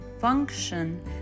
function